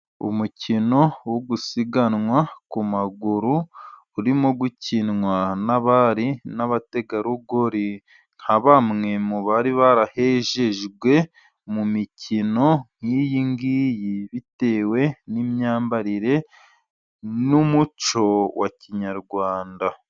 Umukino wo gusiganwa ku maguru. Urimo gukinwa n'abari n'abategarugori. Nka bamwe mu bari barahejejwe mu mikino nk'iyi ngiyi. Bitewe n'imyambarire n'umuco wa kinyarwanda.